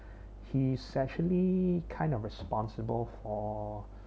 he's actually kind of responsible for